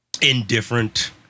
indifferent